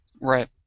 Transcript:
Right